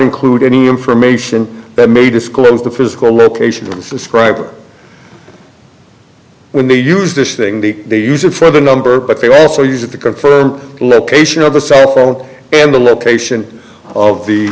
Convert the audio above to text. include any information that may disclose the physical location of the scribe or when they use this thing the they use it for the number but they also use it to confirm location of the sat phone and the location of the